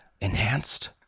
enhanced